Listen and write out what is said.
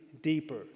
deeper